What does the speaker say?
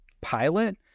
pilot